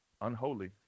unholy